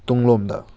ꯇꯨꯡꯂꯣꯝꯗ